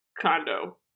condo